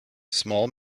small